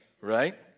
right